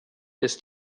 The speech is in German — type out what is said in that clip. ist